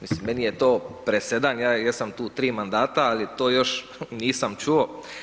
Mislim menije to presedan, ja jesam tu tri mandata, ali to još nisam čuo.